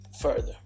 further